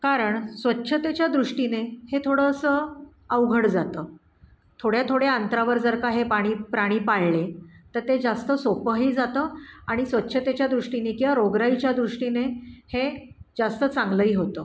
कारण स्वच्छतेच्या दृष्टीने हे थोडंसं अवघड जातं थोड्या थोड्या अंतरावर जर का हे पाणी प्राणी पाळले तर ते जास्त सोपंही जातं आणि स्वच्छतेच्या दृष्टीने किंवा रोगराईच्या दृष्टीने हे जास्त चांगलंही होतं